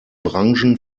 branchen